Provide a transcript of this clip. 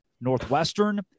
Northwestern